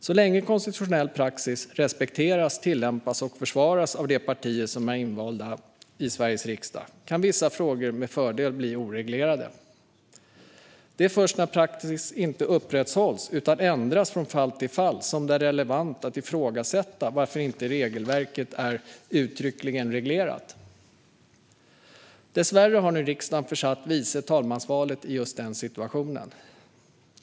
Så länge konstitutionell praxis respekteras, tillämpas och försvaras av de partier som är invalda i Sveriges riksdag kan vissa frågor med fördel förbli oreglerade. Det är först när praxis inte upprätthålls utan ändras från fall till fall som det är relevant att ifrågasätta varför regelverket inte finns uttryckligen reglerat. Dessvärre har nu riksdagen försatt vicetalmansvalet i just den situationen.